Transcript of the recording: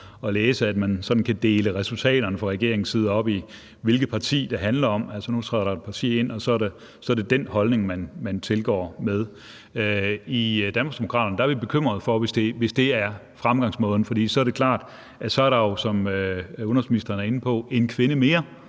side kan dele resultaterne op i, hvilket parti det handler om. Altså, nu træder der er et parti ind, og så er det den holdning, man tilgår det med. I Danmarksdemokraterne er vi bekymrede, hvis det er fremgangsmåden, for så er det klart, at der jo, som udenrigsministeren er inde på, er en kvinde mere,